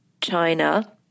China